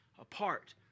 apart